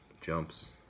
jumps